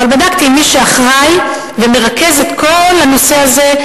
אבל בדקתי עם מי שאחראי ומרכז את כל הנושא הזה,